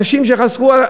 אנשים שחסכו.